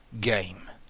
game